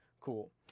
cool